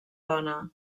dona